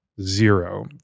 zero